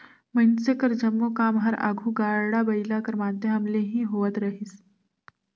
मइनसे कर जम्मो काम हर आघु गाड़ा बइला कर माध्यम ले ही होवत रहिस